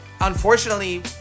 unfortunately